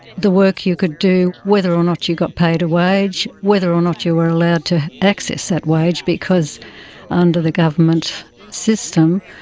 the work you could do, whether or not you got paid a wage, whether or not you were allowed to access that wage, because under the government system,